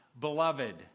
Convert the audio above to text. beloved